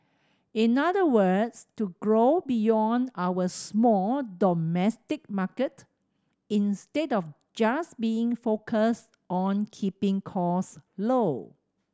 in other words to grow beyond our small domestic market instead of just being focused on keeping costs low